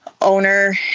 owner